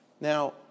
Now